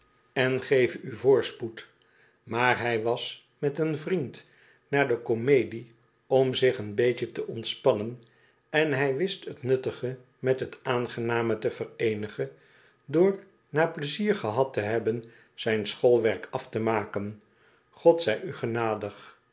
en geve u voorspoed maar hij was met een vriend naar de komedie om zich een beetje te ontspannen en hij wist t nuttige met t aangename te vereenigen door na pleizier gehad te hebben zijn schoolwerk af te maken god zij u genadig